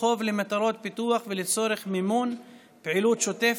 חוב למטרות פיתוח ולצורך מימון פעילות שוטפת,